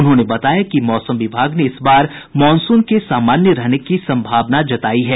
उन्होंने बताया कि मौसम विभाग ने इस बार मॉनसून के सामान्य रहने की सम्भावना जतायी है